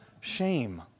Shame